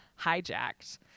hijacked